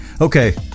Okay